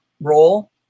role